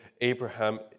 Abraham